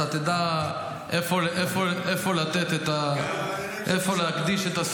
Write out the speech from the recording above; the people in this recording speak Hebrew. אתה תדע לאיפה להקצות את הסיוע.